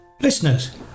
listeners